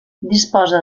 disposa